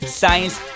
science